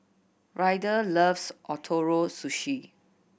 Ryder loves Ootoro Sushi